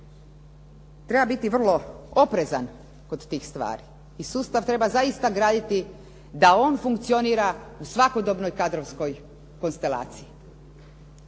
Treba biti vrlo oprezan kod tih stvari i sustav treba zaista graditi da on funkcionira u svakodobnoj kadrovskoj konstelaciji.